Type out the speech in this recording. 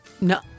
No